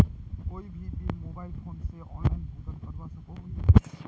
कोई भी bill mobile phone से ऑनलाइन भुगतान करवा सकोहो ही?